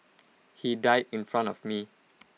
he died in front of me